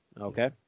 Okay